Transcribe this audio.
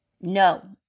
No